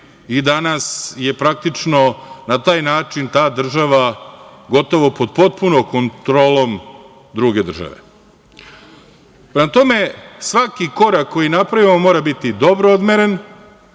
i danas je, praktično, na taj način ta država gotovo pod potpunom kontrolom druge države. Prema tome, svaki korak koji napravimo mora biti dobro odmeren,